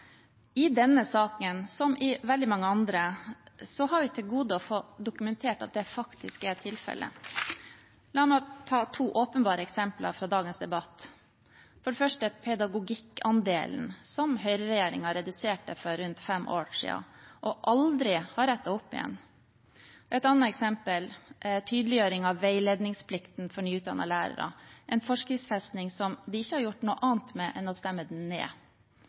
I denne saken, som i veldig mange andre, har vi til gode å få dokumentert at det faktisk er tilfellet. La meg ta to åpenbare eksempler fra dagens debatt. For det første pedagogikkandelen, som høyreregjeringen reduserte for rundt fem år siden og aldri har rettet opp igjen. Et annet eksempel er tydeliggjøring av veiledningsplikten for nyutdannede lærere – en forskriftsfesting som de ikke har gjort noen annet med enn å stemme den ned.